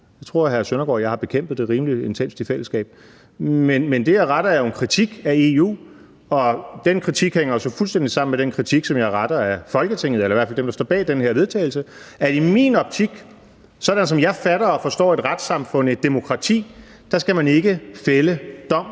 Søndergaard og jeg har bekæmpet det rimelig intenst i fællesskab, men det, jeg retter, er jo en kritik af EU, og den kritik hænger så fuldstændig sammen med den kritik, som jeg retter mod Folketinget eller i hvert fald dem, der står bag det her forslag til vedtagelse. I min optik, sådan som jeg fatter og forstår et retssamfund, et demokrati, skal man ikke fælde dom